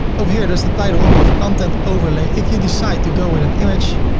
over here there's the title above content overlay. if you decide to go with an image,